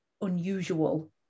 unusual